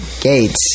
Gates